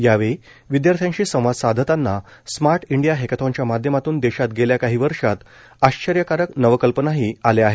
यावेळी विद्यार्थ्यांशी संवाद साधतांना स्मार्ट इंडिया हक्काथॉनच्या माध्यमातून देशात गेल्या काही वर्षात आश्चर्यकारक नवकल्पनाही आल्या आहेत